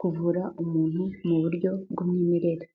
kuvura umuntu mu buryo bw'umwimerere.